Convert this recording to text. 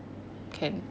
can